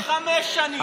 תוך חמש שנים.